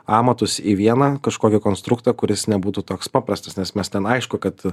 amatus į vieną kažkokį konstruktą kuris nebūtų toks paprastas nes mes ten aišku kad